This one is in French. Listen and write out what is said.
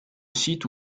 site